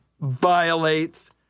violates